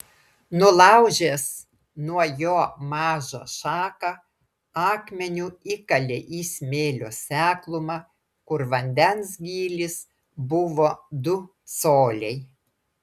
nulaužęs nuo jo mažą šaką akmeniu įkalė į smėlio seklumą kur vandens gylis buvo du coliai